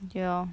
!aiyo!